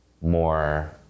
more